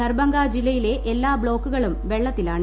ദർഭംഗ ജില്ലയിലെ എല്ലാ ദ്ബ്ലാക്കുകളും വെള്ളത്തിലാണ്